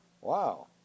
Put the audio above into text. Wow